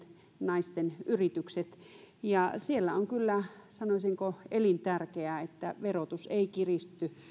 naisten yrityksiä siellä on kyllä sanoisinko elintärkeää että verotus ei kiristy